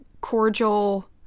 cordial